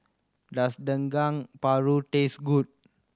does Dendeng Paru taste good